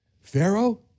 Pharaoh